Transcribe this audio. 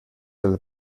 del